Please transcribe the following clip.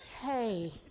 Hey